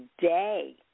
day